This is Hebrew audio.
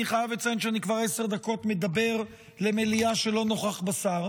אני חייב לציין שאני כבר עשר דקות מדבר למליאה שלא נוכח בה שר.